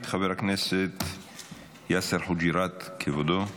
חבר הכנסת יאסר חוג'יראת, כבודו.